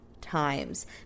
times